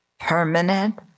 permanent